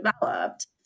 developed